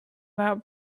about